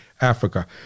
Africa